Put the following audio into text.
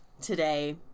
Today